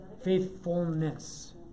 Faithfulness